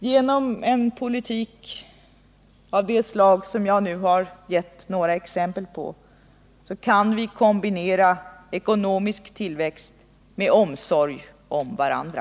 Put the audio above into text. Genom en politik av det slag som jag nu har givit exempel på kan vi kombinera ekonomisk tillväxt med omsorg om varandra.